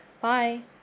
Bye